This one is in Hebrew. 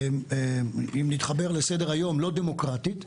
אם נתחבר לסדר היום, לא דמוקרטית.